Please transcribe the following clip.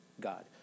God